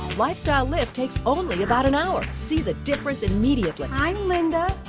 lifestyle lift takes only about an hour. see the difference immediately. i'm linda.